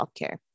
Healthcare